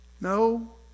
No